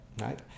right